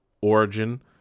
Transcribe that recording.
origin